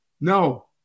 No